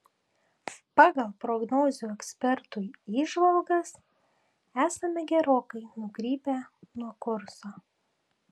pagal prognozių ekspertų įžvalgas esame gerokai nukrypę nuo kurso